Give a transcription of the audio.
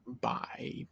Bye